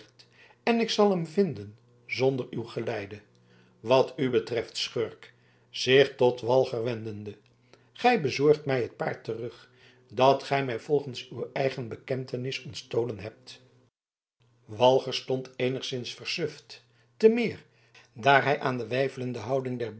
en ik zal hem vinden zonder uw geleide wat u betreft schurk zich tot walger wendende gij bezorgt mij het paard terug dat gij mij volgens uwe eigene bekentenis ontstolen hebt walger stond eenigszins versuft te meer daar hij aan de weifelende houding der